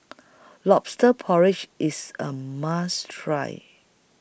Lobster Porridge IS A must Try